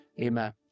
Amen